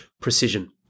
Precision